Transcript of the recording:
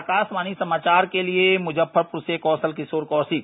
आकाशवाणी समाचार के लिए मुजफ्परपुर से कौशल किशोर कौशिक